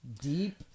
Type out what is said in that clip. deep